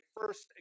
first